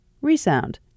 ReSound